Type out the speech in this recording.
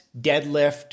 deadlift